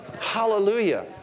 Hallelujah